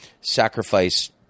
sacrifice